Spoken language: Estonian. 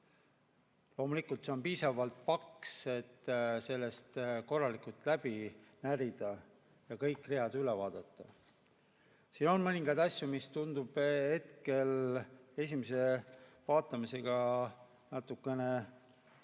Loomulikult, see on piisavalt paks, et sellest korralikult läbi närida ja kõik read üle vaadata. Siin on mõningaid asju, mis tunduvad esimesel vaatamisel natukene